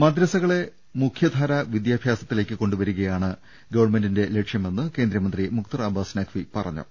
മദ്രസകളെ മുഖ്യധാരാ വിദ്യാഭ്യാസത്തിലേക്ക് കൊണ്ടു വരികയാണ് ഗവൺമെന്റിന്റെ ലക്ഷ്യമെന്ന് കേന്ദ്രമന്ത്രി മുഖ്തർ അബ്ബാസ് നഖ്വി പറഞ്ഞു